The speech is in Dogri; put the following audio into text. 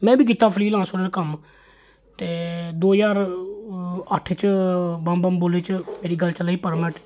में बी कीता फ्री लांस कम्म ते दो ज्हार अट्ठ च बम बम बोले च मेरी गल चला दी ही परमानेंट